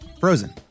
Frozen